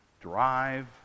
drive